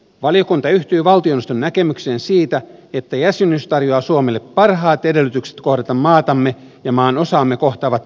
valiokunta yhtyy valtioneuvoston näkemykseen siitä että jäsenyys tarjoaa suomelle parhaat edellytykset kohdata maatamme ja maanosaamme kohtaavat tulevaisuuden haasteet